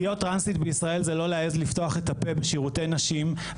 להיות טרנסית בישראל זה לא להעז לפתוח את הפה בשירותי נשים,